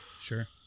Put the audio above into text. Sure